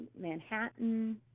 Manhattan